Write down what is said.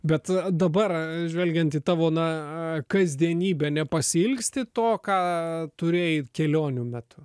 bet dabar žvelgiant į tavo na a kasdienybę nepasiilgsti to ką turėjai kelionių metu